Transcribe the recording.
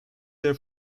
their